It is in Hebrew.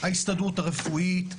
ההסתדרות הרפואית,